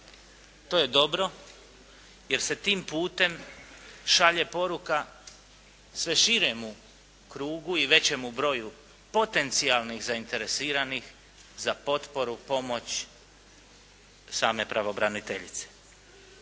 To je dobro, jer se tim putem šalje poruka sve širemu krugu i većem broju potencijalnih zainteresiranih za potporu, pomoć same pravobraniteljice.